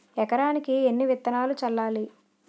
ఎకరానికి ఎన్ని విత్తనాలు చల్లాలి?